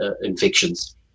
infections